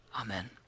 Amen